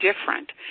different